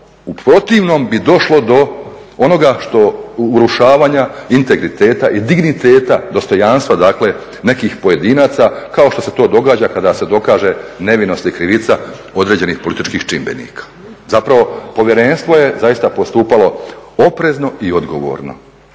u protivnom bi došlo do onoga urušavanja integriteta i digniteta, dostojanstva dakle nekih pojedinaca kao što se to događa kada se dokaže nevinost ili krivica određenih političkih čimbenika. Zapravo Povjerenstvo je zaista postupalo oprezno i odgovorno